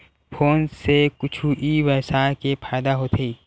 Phone से कुछु ई व्यवसाय हे फ़ायदा होथे?